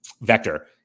vector